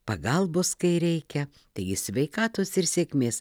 pagalbos kai reikia taigi sveikatos ir sėkmės